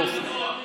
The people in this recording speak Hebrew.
יופי.